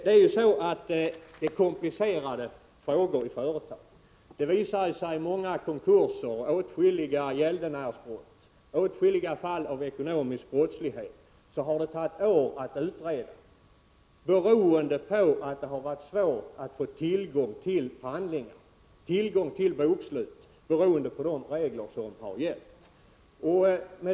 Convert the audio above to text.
Det är komplicerade frågor det gäller i företagen, och åtskilliga konkurser, gäldenärsbrott och andra fall av ekonomisk brottslighet har det tagit år att utreda, beroende på att det har varit svårt att få tillgång till handlingarna, t.ex. bokslut, på grund av de regler som har gällt.